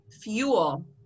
fuel